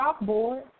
chalkboard